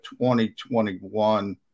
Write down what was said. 2021